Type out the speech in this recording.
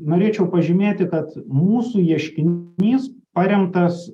norėčiau pažymėti kad mūsų ieškinys paremtas